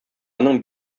аның